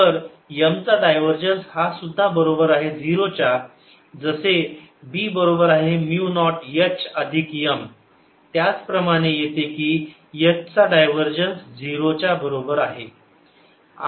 तर M चा divergence हा सुद्धा बरोबर आहे 0 च्या जसे B बरोबर आहे म्यु नॉट H अधिक M त्याप्रमाणेच येते की H चा डायव्हरजन्स 0 च्या बरोबर आहे